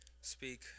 speak